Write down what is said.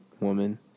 woman